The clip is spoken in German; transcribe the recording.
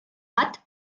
hat